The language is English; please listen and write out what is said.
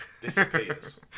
disappears